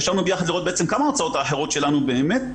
ישבנו ביחד לראות כמה ההוצאות האחרות שלנו באמת,